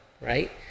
right